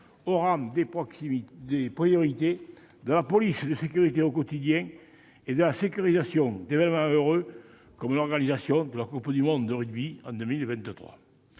nationale : la police de sécurité du quotidien et la sécurisation d'événements heureux, comme l'organisation de la coupe du monde de rugby en 2023.